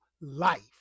life